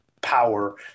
power